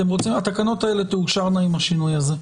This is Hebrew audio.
התקנות האלה תאושרנה עם השינוי הזה.